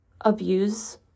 abuse